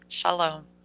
Shalom